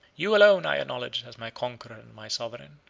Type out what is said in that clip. you alone i acknowledge as my conqueror and my sovereign.